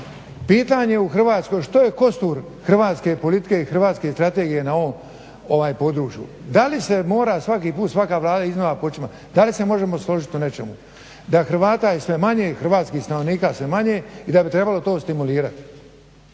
Pitanje u Hrvatskoj što je kostur hrvatske politike i hrvatske strategije na ovom području, da li se mora svaki put svaka Vlada iznova počimat, da li se možemo složit u nečemu, da Hrvata je sve manje i hrvatskih stanovnika sve manje i da bi trebalo to stimulirati.